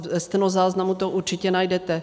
Ve stenozáznamu to určitě najdete.